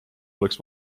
oleks